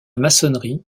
maçonnerie